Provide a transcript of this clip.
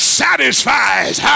satisfies